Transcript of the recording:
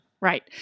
Right